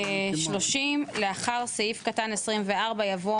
הסתייגות 30: "לאחר סעיף קטן 24 יבוא